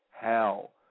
hell